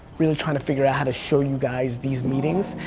really trying to figure out how to show you guys these meetings,